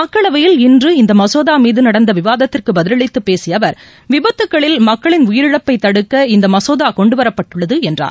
மக்களவையில் இன்று இந்த மசோதா மீது நடந்த விவாத்திற்கு பதில் அளித்து பேசிய அவர் விபத்துகளில் மக்களின் உயிரிழப்பை தடுக்க இந்த மசோதா கொண்டுவரப்பட்டுள்ளது என்றார்